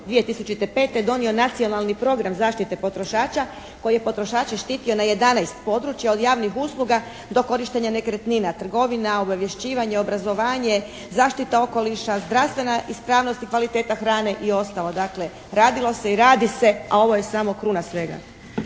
2005. donio Nacionalni program zaštite potrošača koji je potrošače štitio na 11 područja, od javnih usluga do korištenja nekretnina, trgovina, obavješćivanja, obrazovanje, zaštita okoliša, zdravstvena ispravnost i kvaliteta hrane i ostalo. Dakle, radilo se i radi se a ovo je samo kruna svega.